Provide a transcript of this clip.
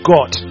God